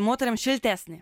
moterim šiltesnė